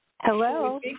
Hello